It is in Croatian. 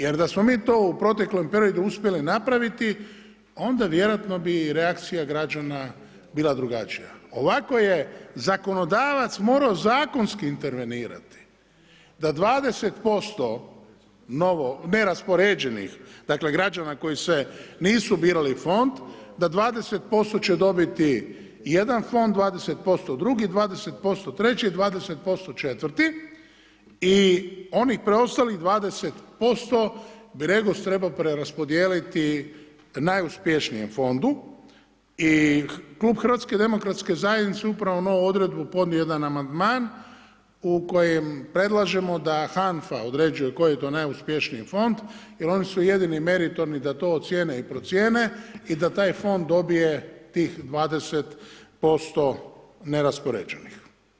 Jer da smo mi to u proteklom periodu uspjeli napraviti, onda vjerojatno bi reakcija građana bila građana, ovako je zakonodavac morao zakonski intervenirati, da 20% neraspoređenih građa koji se nisu birali u fond, da 20% će dobiti jedan fond, 20% drugi, 20% treći, 20% četvrti i onih preostalih 20% bi REGOS trebao preraspodijeliti najuspješnijem fondu i klub HDZ-a upravo je na ovu odredbu podnio jedan amandman u kojem predlažemo da HANFA određuje koji je to najuspješniji fond jer oni su jedini meritorni da to ocijene i procijene i da taj fond dobije tih 20% neraspoređenih.